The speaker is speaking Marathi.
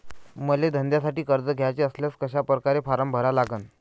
मले धंद्यासाठी कर्ज घ्याचे असल्यास कशा परकारे फारम भरा लागन?